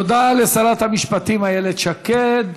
תודה לשרת המשפטים איילת שקד.